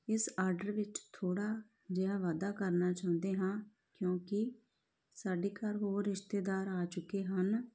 ਇਸ ਆਡਰ ਵਿੱਚ ਥੋੜ੍ਹਾ ਜਿਹਾ ਵਾਧਾ ਕਰਨਾ ਚਾਹੁੰਦੇ ਹਾਂ ਕਿਉਂਕਿ ਸਾਡੇ ਘਰ ਹੋਰ ਰਿਸ਼ਤੇਦਾਰ ਆ ਚੁੱਕੇ ਹਨ